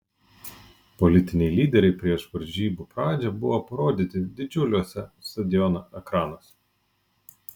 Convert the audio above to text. politiniai lyderiai prieš varžybų pradžią buvo parodyti didžiuliuose stadiono ekranuose